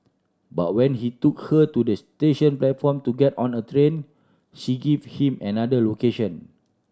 but when he took her to this station platform to get on a train she give him another location